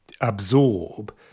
absorb